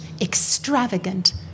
extravagant